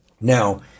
Now